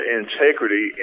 integrity